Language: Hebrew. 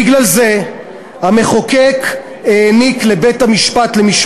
בגלל זה המחוקק העניק לבית-המשפט לענייני